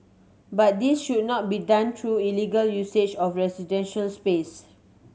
but this should not be done through illegal usage of residential space